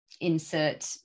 insert